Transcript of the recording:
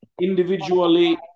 Individually